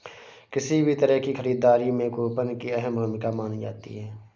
किसी भी तरह की खरीददारी में कूपन की अहम भूमिका मानी जाती है